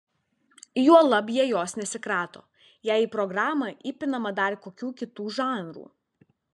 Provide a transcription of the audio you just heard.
juolab jie jos nesikrato jei į programą įpinama dar kokių kitų žanrų